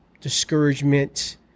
discouragement